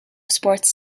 sports